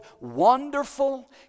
Wonderful